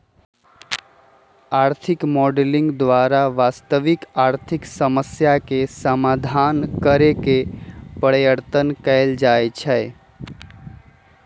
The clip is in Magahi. आर्थिक मॉडलिंग द्वारा वास्तविक आर्थिक समस्याके समाधान करेके पर्यतन कएल जाए छै